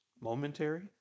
momentary